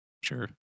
Sure